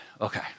Okay